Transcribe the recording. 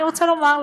אני רוצה לומר,